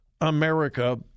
America